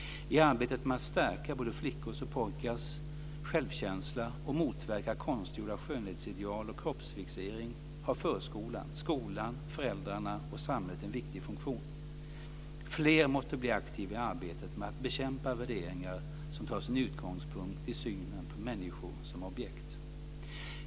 I arbetet med att stärka både flickors och pojkars självkänsla och motverka konstgjorda skönhetsideal och kroppsfixering har förskolan, skolan, föräldrarna och samhället en viktig funktion. Fler måste bli aktiva i arbetet med att bekämpa värderingar som tar sin utgångspunkt i synen på människor som objekt.